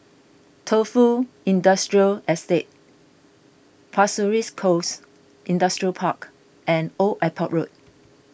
Tofu Industrial Estate Pasir Ris Coast Industrial Park and Old Airport Road